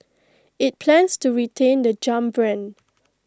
IT plans to retain the jump brand